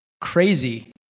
crazy